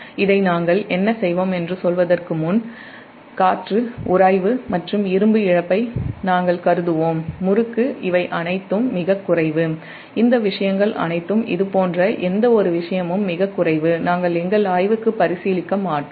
எனவே இதை நாம் என்ன செய்வோம் என்று சொல்வதற்கு முன் காற்று உராய்வு மற்றும் இரும்பு இழப்பை நாம் கருதுவோம் முறுக்கு இவை அனைத்தும் மிகக் குறைவுஇதுபோன்ற எந்தவொரு விஷயமும் மிகக் குறைவு நாம் நம் ஆய்வுக்கு பரிசீலிக்க மாட்டோம்